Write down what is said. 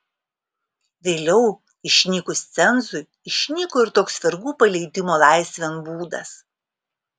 vėliau išnykus cenzui išnyko ir toks vergų paleidimo laisvėn būdas